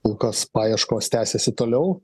kol kas paieškos tęsiasi toliau